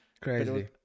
Crazy